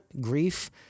Grief